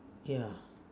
ya